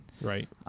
right